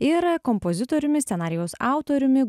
ir kompozitoriumi scenarijaus autoriumi